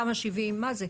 תמ"א 70, מה זה?